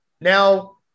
Now